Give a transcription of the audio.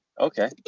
Okay